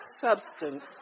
substance